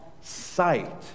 sight